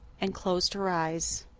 and closed her eyes.